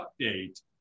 update